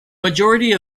majority